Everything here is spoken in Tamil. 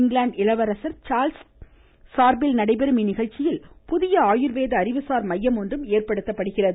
இங்கிலாந்து இளவரசர் சார்லஸ் சார்பில் நடைபெறும் இந்நிகழ்ச்சியில் புதிய ஆயுர்வேத அறிவுசார் மையம் ஒன்றும் ஏற்படுத்தப்படுகிறது